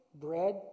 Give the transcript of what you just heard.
bread